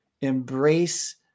embrace